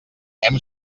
hem